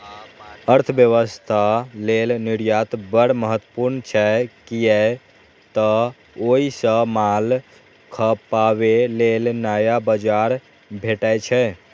अर्थव्यवस्था लेल निर्यात बड़ महत्वपूर्ण छै, कियै तं ओइ सं माल खपाबे लेल नया बाजार भेटै छै